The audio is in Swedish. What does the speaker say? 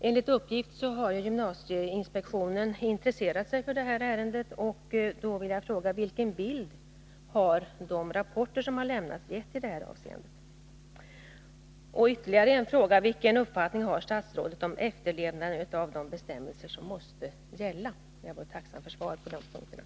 Enligt uppgift har gymnasieinspektionen intresserat sig för detta ärende, och då vill jag fråga: Vilken bild har de rapporter som lämnats gett i det här avseendet? Ytterligare en fråga är: Vilken uppfattning har statsrådet av efterlevnaden av de bestämmelser som måste gälla? Jag tackar på förhand för svaret på dessa frågor.